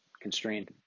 Constrained